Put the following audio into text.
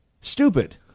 stupid